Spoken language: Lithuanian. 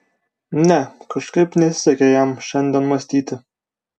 ne kažkaip nesisekė jam šiandien mąstyti